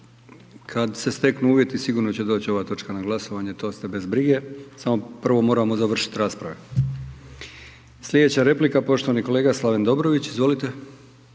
Kad se steknu uvjeti sigurno će doći ova točka na glasovanje, to ste bez brige, samo prvo moramo završit rasprave. Slijedeća replika poštovani kolega Slaven Dobrović, izvolite.